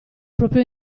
proprio